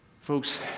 Folks